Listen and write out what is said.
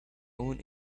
own